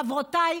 חברותיי,